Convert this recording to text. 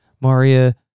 Maria